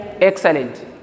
Excellent